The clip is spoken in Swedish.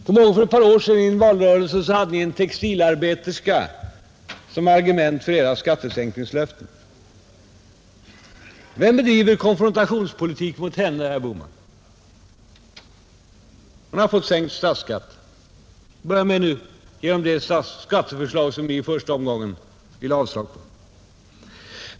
Jag kommer ihåg att ni i en valrörelse för några år sedan hade en textilarbeterska som argument för edra skattesänkningslöften. Vem bedriver konfrontationspolitik mot henne, herr Bohman? Hon har fått sänkt statsskatt genom det skatteförslag som ni i första omgången yrkade avslag på.